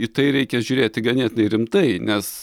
į tai reikia žiūrėti ganėtinai rimtai nes